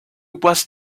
was